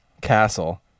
castle